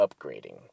upgrading